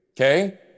Okay